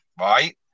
right